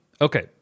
okay